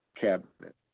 cabinet